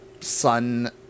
sun